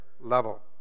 level